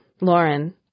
Lauren